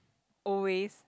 always